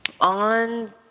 on